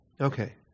Okay